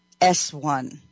S1